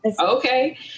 okay